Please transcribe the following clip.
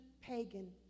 pagan